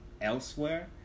elsewhere